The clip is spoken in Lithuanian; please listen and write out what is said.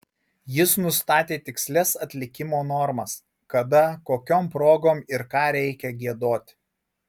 jis nustatė tikslias atlikimo normas kada kokiom progom ir ką reikia giedoti